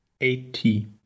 eighty